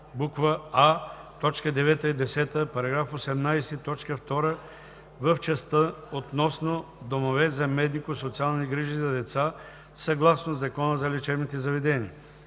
и 10, § 18, т. 2 в частта относно „домове за медико-социални грижи за деца съгласно Закона за лечебните заведения“